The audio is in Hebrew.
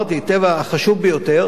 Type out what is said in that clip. החשוב ביותר,